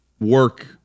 work